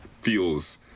feels